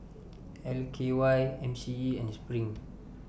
L K Y M C E and SPRING